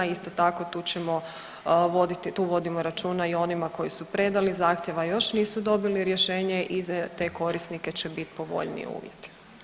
Isto tako tu ćemo voditi, tu vodimo računa i o onima koji su predali zahtjev, a još nisu dobili rješenje i za te korisnike će biti povoljniji uvjeti.